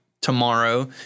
tomorrow